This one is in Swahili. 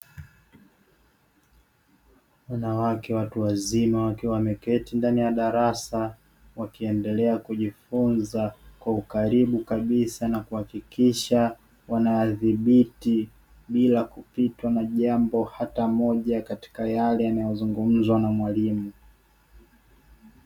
Wanawake watu wazima wakiwa wameketi ndani ya darasa, wakiendelea kujifunza kwa ukaribu kabisa na kuhakikisha wanayadhibiti bila kupitwa na jambo hata moja katika yale yanayozungumzwa na mwalimu.